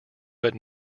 but